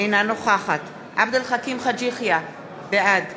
אינה נוכחת עבד אל חכים חאג' יחיא, בעד